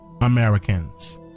Americans